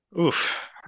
Oof